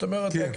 זאת אומרת,